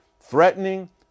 threatening